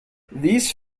these